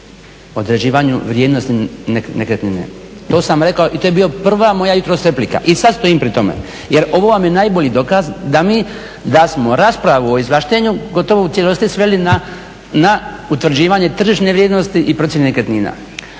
o određivanju vrijednosti nekretnine. To sam rekao i to je bila prva moja jutros replika i sada stojim pri tome. Jer ovo vam je najbolji dokaz da mi, da smo raspravu o izvlaštenju gotovo u cijelosti sveli na utvrđivanje tržišne vrijednosti i procjene nekretnina.